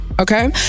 Okay